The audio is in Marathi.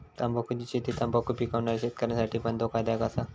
तंबाखुची शेती तंबाखु पिकवणाऱ्या शेतकऱ्यांसाठी पण धोकादायक असा